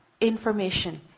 information